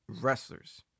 wrestlers